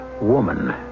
woman